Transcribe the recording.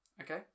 Okay